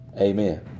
amen